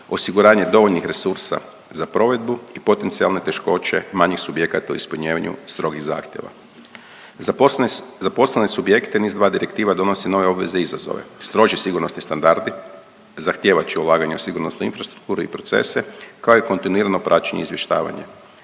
osiguranje dovoljnih resursa za provedbu i potencijalne teškoće manjih subjekata u ispunjavanju strogih zahtjeva. Za poslovne subjekte NIS2 direktiva donosi nove obveze i izazove, strože sigurnosni standardi, zahtijevat će ulaganja u sigurnosnu infrastrukturu i procese kao i kontinuirano praćenje i izvještavanje.